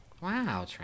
Wow